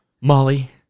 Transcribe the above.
Molly